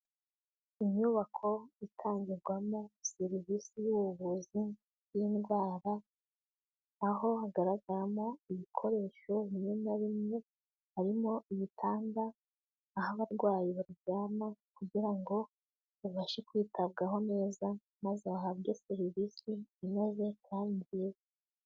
Inyubako itangirwamo serivisi y'ubuvuzi bw'indwara, aho hagaragaramo ibikoresho bimwe na bimwe, harimo ibitanda aho abarwayi baryama kugira ngo babashe kwitabwaho neza maze bahabwe serivisi inoze kandi nziza.